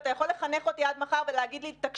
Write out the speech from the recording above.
אתה יכול לחנך אותי עד מחר ולהגיד לי תקשיבי,